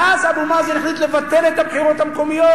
ואז אבו מאזן החליט לבטל את הבחירות הפנימיות,